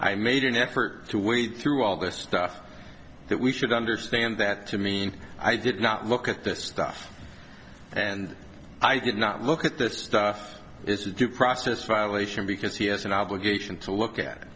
i made an effort to wade through all this stuff that we should understand that to mean i did not look at this and i did not look at that stuff is a due process for evolution because he has an obligation to look at it